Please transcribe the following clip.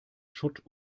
schutt